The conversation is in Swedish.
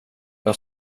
jag